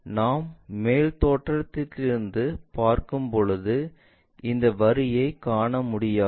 நாம் மேல் தோற்றத்தில் இருந்து பார்க்கும்போது இந்த வரியைக் காண முடியாது